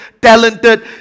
talented